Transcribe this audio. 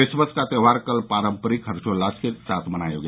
Christmas का त्योहार कल पारंपरिक हर्षोल्लास के साथ मनाया गया